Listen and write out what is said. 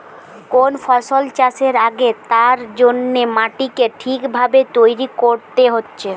কোন ফসল চাষের আগে তার জন্যে মাটিকে ঠিক ভাবে তৈরী কোরতে হচ্ছে